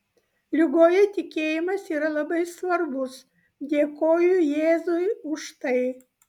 ligoje tikėjimas yra labai svarbus dėkoju jėzui už tai